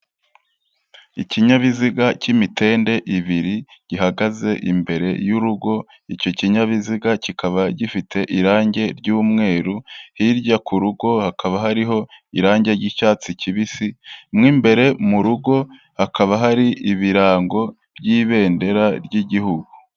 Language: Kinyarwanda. Ikinyabiziga cy'imitende ibiri gihagaze imbere y'urugo, icyo kinyabiziga kikaba gifite irangi ry'umweru hirya ku rugo hakaba hariho irangi ry'icyatsi kibisi, mo imbere mu rugo hakaba hari ibirango by'ibendera ry'igihugu.